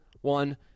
one